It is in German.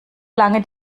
lange